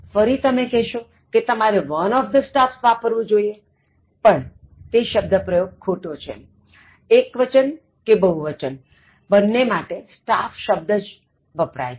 ફરી તમે કહેશો કે તમારે one of the staffs વાપરવું જોઇએ પણ તે શબ્દ પ્રયોગ ખોટો છે એક્વચન કે બહુવચન બન્ને માટે staff શબ્દ જ વપરાય છે